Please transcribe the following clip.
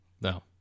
No